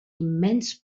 immens